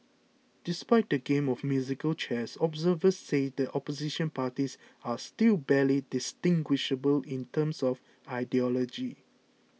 despite the game of musical chairs observers say the Opposition parties are still barely distinguishable in terms of ideology